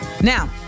now